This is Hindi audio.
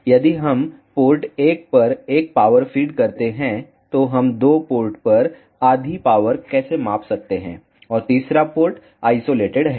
यदि हम पोर्ट एक पर एक पावर फीड करते हैं तो हम दो पोर्ट पर आधी पावर कैसे माप सकते हैं और तीसरा पोर्ट आइसोलेटेड है